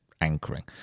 anchoring